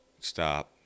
stop